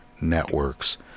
networks